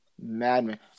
madman